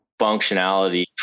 functionality